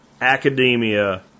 academia